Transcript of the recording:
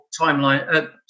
timeline